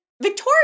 Victoria